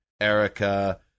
Erica